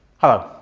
hello,